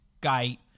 Guy